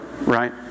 right